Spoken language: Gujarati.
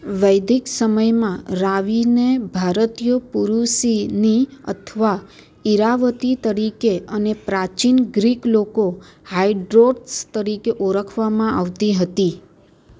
વૈદિક સમયમાં રાવિને ભારતીયો પુરૂષિની અથવા ઈરાવતી તરીકે અને પ્રાચીન ગ્રીક લોકો હાઈડ્રોટ્સ તરીકે ઓળખવામાં આવતી હતી